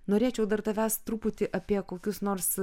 norėčiau dar tavęs truputį apie kokius nors